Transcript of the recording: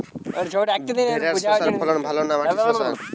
ভেরার শশার ফলন ভালো না মাটির শশার?